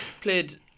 played